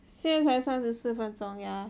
现在才三十四分钟 ya